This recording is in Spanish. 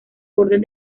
orden